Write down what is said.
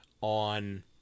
on